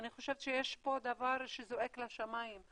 אני חושבת שיש פה דבר שזועק לשמים,